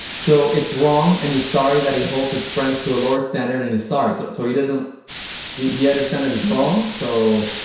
so it's wrong and he's sorry that he holds his friends to a lower standard and he's sorry so so he doesn't he he understand that it's wrong so.